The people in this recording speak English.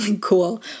Cool